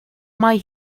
mae